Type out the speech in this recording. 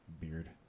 beard